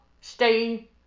Stay